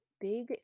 big